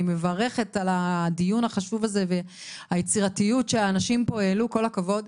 אני מברכת על היצירתיות, כל הכבוד.